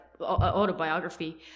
autobiography